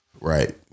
Right